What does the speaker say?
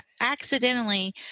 accidentally